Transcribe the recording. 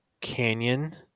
Canyon